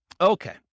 Okay